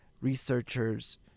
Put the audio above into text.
researchers